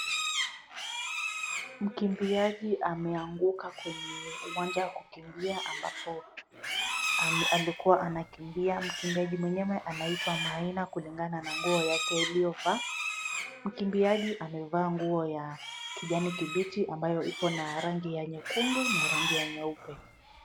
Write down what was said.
Mkimbiaji ameanguka kwenye uwanja wa kukimbia ambapo alikuwa anakimbia. Mkimbiaji mwenyewe anaitwa Maina kulingana na nguo yake aliyovaa. Mkimbiaji amevaa nguo ya kijani kibichi ambayo iko na rangi ya nyekundu na rangi ya nyeupe.